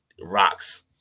rocks